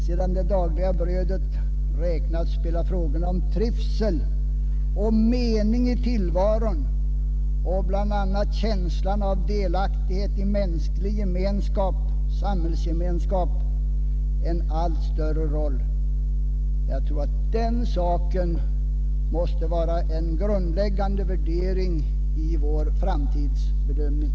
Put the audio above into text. Sedan det dagliga brödet räknats spelar frågorna om trivsel, mening i tillvaron och bl.a. känslan av delaktighet i mänsklig gemenskap, samhällsgemenskap, en allt större roll. Jag tror att den saken måste vara en grundläggande värdering i vår framtidsbedömning.